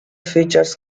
features